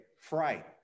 fright